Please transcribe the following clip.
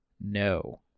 No